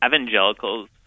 evangelicals